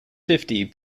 fifty